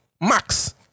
Max